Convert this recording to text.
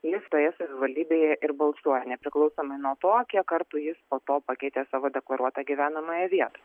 jis toje savivaldybėje ir balsuoja nepriklausomai nuo to kiek kartų jis po to pakeitė savo deklaruotą gyvenamąją vietą